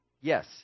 Yes